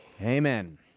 amen